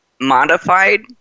modified